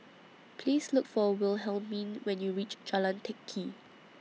Please Look For Wilhelmine when YOU REACH Jalan Teck Kee